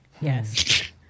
Yes